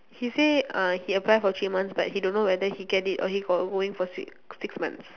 he say uh he apply for three months but he don't know whether he get it or he go~ going for six six months